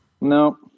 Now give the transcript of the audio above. No